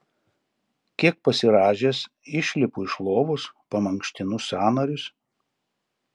kiek pasirąžęs išlipu iš lovos pamankštinu sąnarius